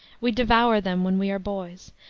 we devour them when we are boys,